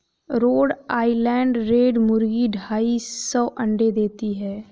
road Island Red मुर्गी ढाई सौ अंडे देती है